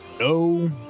No